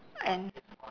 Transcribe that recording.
and